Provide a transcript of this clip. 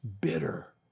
bitter